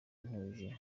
ntuje